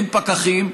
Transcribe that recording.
אין פקחים,